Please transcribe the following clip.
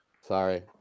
Sorry